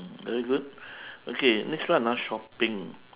very good okay next one ah shopping